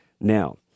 Now